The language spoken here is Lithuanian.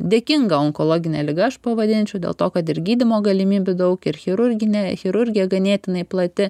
dėkinga onkologine liga aš pavadinčiau dėl to kad ir gydymo galimybių daug ir chirurginė chirurgija ganėtinai plati